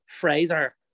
Fraser